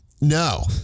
No